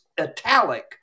italic